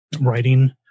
writing